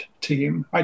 team